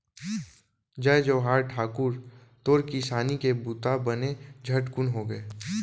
जय जोहार ठाकुर, तोर किसानी के बूता बने झटकुन होगे?